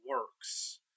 works